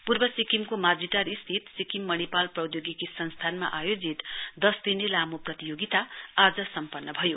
पूर्व सिक्किमको माजीटार स्थित सिक्किम मणिपाल पौधोगिकी संस्थानमा आयोजित दस दिने लामो प्रतियोगिता आज सम्पन्न भयो